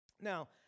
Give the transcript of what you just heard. Now